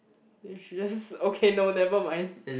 then she just okay no never mind